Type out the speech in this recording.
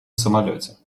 самолете